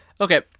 Okay